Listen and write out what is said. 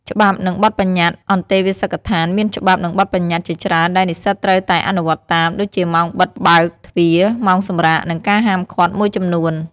ច្បាប់ និងបទប្បញ្ញត្តិ អន្តេវាសិកដ្ឋានមានច្បាប់ និងបទប្បញ្ញត្តិជាច្រើនដែលនិស្សិតត្រូវតែអនុវត្តតាម ដូចជាម៉ោងបិទបើកទ្វារ ម៉ោងសម្រាក និងការហាមឃាត់មួយចំនួន។